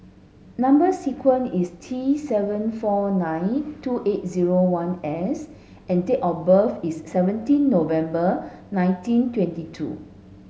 number sequence is T seven four nine two eight zero one S and date of birth is seventeen November nineteen twenty two